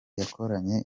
yakoranye